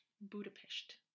Budapest